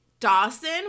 Dawson